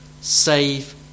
save